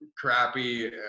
crappy